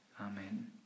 Amen